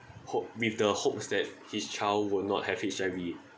hop~ with the hopes that his child will not have H_I_V